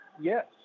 Yes